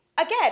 Again